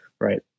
right